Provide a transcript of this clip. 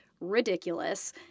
ridiculous